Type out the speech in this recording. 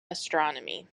astronomy